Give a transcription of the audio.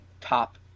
top